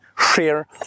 share